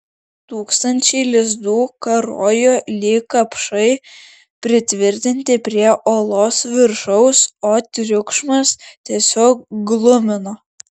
tūkstančiai lizdų karojo lyg kapšai pritvirtinti prie olos viršaus o triukšmas tiesiog glumino